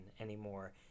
anymore